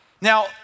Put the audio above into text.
Now